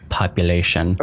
population